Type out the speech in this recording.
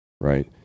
right